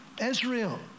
Israel